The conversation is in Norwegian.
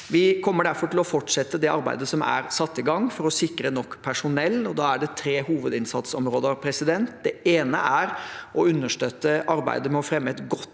Vi kommer derfor til å fortsette det arbeidet som er satt i gang for å sikre nok personell. Da er det tre hovedinnsatsområder. Det ene er å understøtte arbeidet med å fremme et godt arbeidsmiljø